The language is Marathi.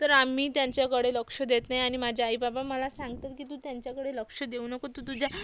तर आम्ही त्यांच्याकडे लक्ष देत नाही आणि माझे आई बाबा मला सांगतात की तू त्यांच्याकडे लक्ष देऊ नको तू तुझ्या